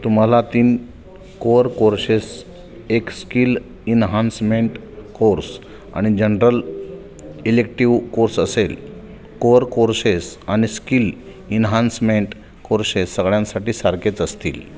तुम्हाला तीन core courses एक स्किल इन्हान्समेंट कोर्स आणि जनरल इलेक्टिव कोर्स असेल कोअर कोर्सेस आणि स्किल इन्हान्समेंट कोर्शेस सगळ्यांसाठी सारखेच असतील